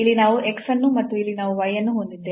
ಇಲ್ಲಿ ನಾವು x ಅನ್ನು ಮತ್ತು ಇಲ್ಲಿ ನಾವು y ಅನ್ನು ಹೊಂದಿದ್ದೇವೆ